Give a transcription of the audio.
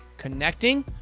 connecting,